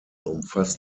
umfasst